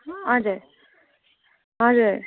हजुर हजुर